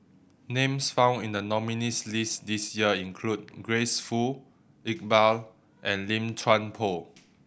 names found in the nominees' list this year include Grace Fu Iqbal and Lim Chuan Poh